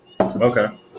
Okay